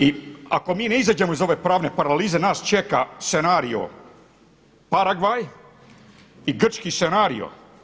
I ako mi ne iziđemo iz ove pravne paralize nas čeka scenario Paragvaj i Grčki scenario.